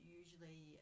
usually